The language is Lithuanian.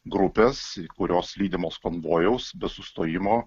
grupės kurios lydimos konvojaus be sustojimo